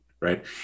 right